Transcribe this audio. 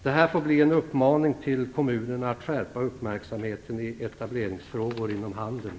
Detta får bli en uppmaning till kommunerna att skärpa uppmärksamheten i etableringsfrågor inom handeln.